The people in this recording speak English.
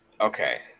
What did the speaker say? Okay